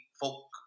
folk